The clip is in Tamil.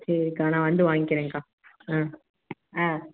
சரிக்கா நான் வந்து வாங்கிக்கிறேன்க்கா ஆ ஆ